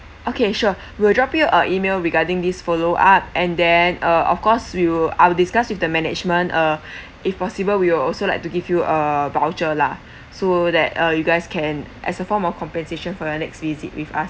okay sure will drop you a email regarding this follow up and then uh of course we will I will discuss with the management uh if possible we will also like to give you a voucher lah so that uh you guys can as a form of compensation for the next visit with us